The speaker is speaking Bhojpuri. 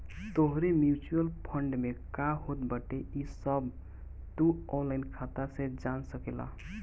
तोहरे म्यूच्यूअल फंड में का होत बाटे इ सब तू ऑनलाइन खाता से जान सकेला